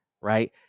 right